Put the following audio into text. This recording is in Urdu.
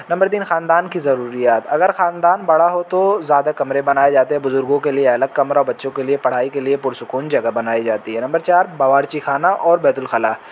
نمبر تین خاندان کی ضروریات اگر خاندان بڑا ہو تو زیادہ کمرے بنائے جاتے ہیں بزرگوں کے لیے الگ کمرہ بچوں کے لیے پڑھائی کے لیے پرسکون جگہ بنائی جاتی ہے نمبر چار باورچی خانہ اور بیت الخلاء